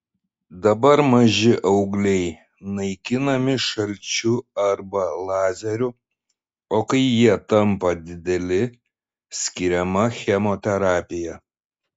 dabar maži augliai naikinami šalčiu arba lazeriu o kai jie tampa dideli skiriama chemoterapija